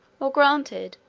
or granted,